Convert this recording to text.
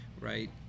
right